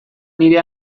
nire